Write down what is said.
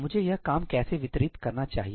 मुझे यह काम कैसे वितरित करना चाहिए